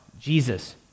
Jesus